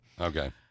Okay